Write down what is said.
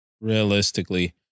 Realistically